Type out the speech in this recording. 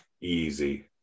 Easy